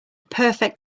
perfect